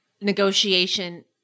negotiation